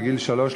בגיל שלוש,